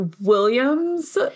William's